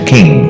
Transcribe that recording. King